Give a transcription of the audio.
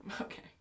Okay